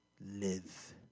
live